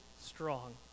strong